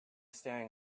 staring